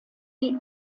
die